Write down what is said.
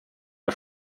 der